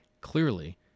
Clearly